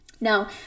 Now